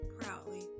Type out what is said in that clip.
proudly